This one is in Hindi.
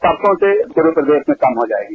परसो से पूरे प्रदेश में कम हो जायेगी